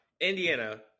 indiana